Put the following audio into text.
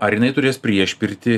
ar jinai turės priešpirtį